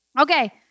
Okay